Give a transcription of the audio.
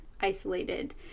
isolated